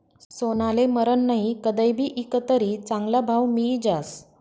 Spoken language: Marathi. सोनाले मरन नही, कदय भी ईकं तरी चांगला भाव मियी जास